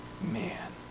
man